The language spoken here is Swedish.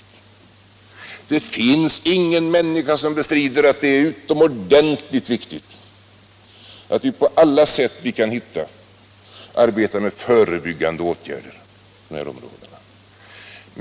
Det finns ingen människa som bestrider att det är utomordentligt viktigt att vi på alla upptänkliga sätt arbetar med förebyggande åtgärder på detta område.